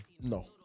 no